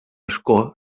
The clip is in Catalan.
ascó